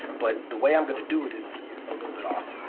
but the way i'm going to do it is a little bit off.